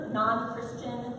non-Christian